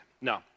No